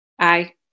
Aye